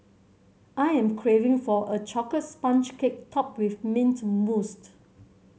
I am craving for a chocolate sponge cake topped with mint mousse